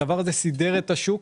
הדבר הזה סידר את השוק.